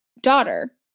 daughter